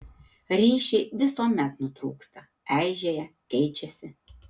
ryšiai visuomet nutrūksta eižėja keičiasi